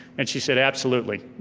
and she said absolutely,